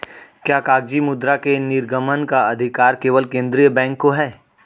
क्या कागजी मुद्रा के निर्गमन का अधिकार केवल केंद्रीय बैंक को है?